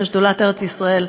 של שדולת ארץ-ישראל,